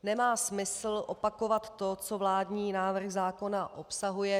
Nemá smysl opakovat to, co vládní návrh zákona obsahuje.